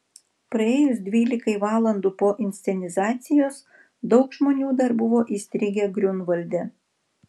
praėjus dvylikai valandų po inscenizacijos daug žmonių dar buvo įstrigę griunvalde